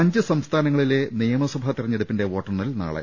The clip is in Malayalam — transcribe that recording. അഞ്ചു സംസ്ഥാനങ്ങളിലെ നിയമസഭാ തെരഞ്ഞെടുപ്പിന്റെ വോട്ടെണ്ണൽ നാളെ